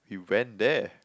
we went there